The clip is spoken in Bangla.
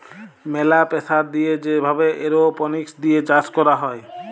ম্যালা প্রেসার দিয়ে যে ভাবে এরওপনিক্স দিয়ে চাষ ক্যরা হ্যয়